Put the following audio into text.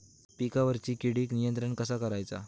पिकावरची किडीक नियंत्रण कसा करायचा?